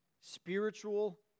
spiritual